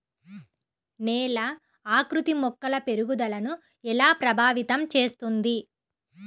నేల ఆకృతి మొక్కల పెరుగుదలను ఎలా ప్రభావితం చేస్తుంది?